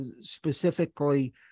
specifically